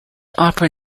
opera